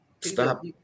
Stop